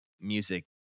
music